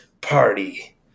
party